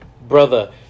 Brother